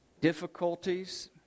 difficulties